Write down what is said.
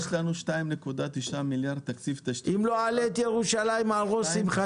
יש לנו 2.9 מיליארד תקציב תשתית --- את זה עושים בחינם?